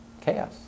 Chaos